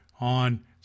on